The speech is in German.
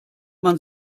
man